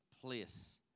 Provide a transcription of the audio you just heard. place